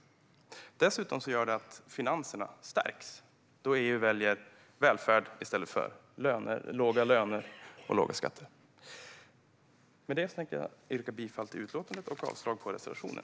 Dessutom gör det att finanserna stärks, då EU väljer välfärd i stället för låga löner och låga skatter. Med det vill jag yrka bifall till utskottets förslag och avslag på reservationen.